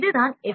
இது தான் எஃப்